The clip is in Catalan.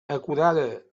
acurada